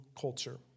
culture